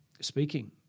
speaking